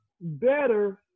better